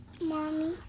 mommy